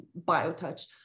Biotouch